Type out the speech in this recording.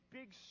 big